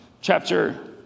chapter